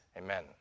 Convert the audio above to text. amen